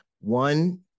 One